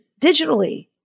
digitally